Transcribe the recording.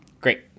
Great